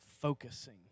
focusing